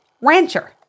rancher